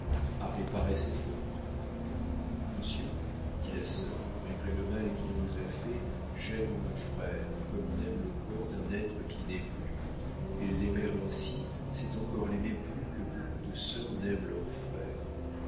à réparer ses fautes monsieur dit la sœur malgré le mal qu'il nous a fait j'aime mon frère comme on aime le corps d'un être qui n'est plus et l'aimer ainsi c'est encore l'aimer plus que beaucoup de sœurs n'aiment leurs frères